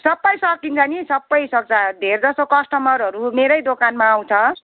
सबै सकिन्छ नि सबै सक्दा धेर जस्तो कस्टमरहरू मेरै दोकानमा आउँछ